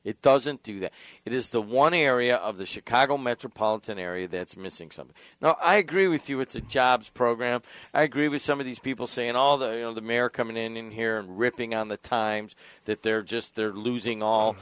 it doesn't do that it is the one area of the chicago metropolitan area that's missing something now i agree with you it's a jobs program i agree with some of these people saying although you know the mayor coming in here and ripping on the times that they're just they're losing all